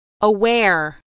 aware